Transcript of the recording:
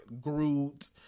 Groot